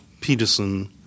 Peterson